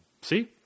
see